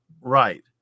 Right